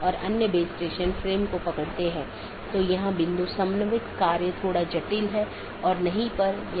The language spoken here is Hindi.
इसका मतलब है BGP कनेक्शन के लिए सभी संसाधनों को पुनःआवंटन किया जाता है